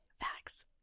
facts